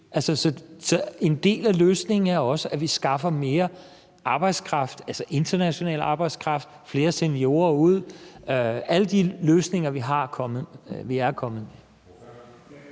en del af løsningen er også, at vi skaffer mere arbejdskraft, altså international arbejdskraft, flere seniorer ud på arbejdsmarkedet og alle de løsninger, vi er kommet med.